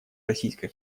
российской